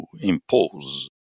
impose